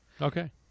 okay